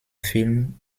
film